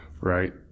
Right